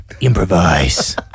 improvise